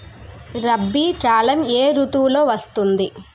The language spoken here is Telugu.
రబీ కాలం ఏ ఋతువులో వస్తుంది?